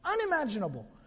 Unimaginable